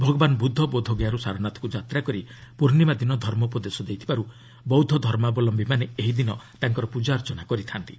ଭଗବାନ୍ ବୁଦ୍ଧ ବୋଧଗୟାରୁ ସାରନାଥକୁ ଯାତ୍ରା କରି ପୂର୍ଣ୍ଣିମା ଦିନ ଧର୍ମୋପଦେଶ ଦେଇଥିବାରୁ ବୌଦ୍ଧ ଧର୍ମାବଲମ୍ଭୀମାନେ ଏହିଦିନ ତାଙ୍କର ପ୍ରଜାର୍ଚ୍ଚନା କରିଥା ନ୍ତି